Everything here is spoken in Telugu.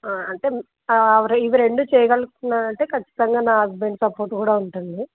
అంటే ఆ ఇవి రెండు చేయగలుగుతున్నాంటే ఖచ్చితంగా నా హస్బెండ్ సపోర్ట్ కూడా ఉంటుంది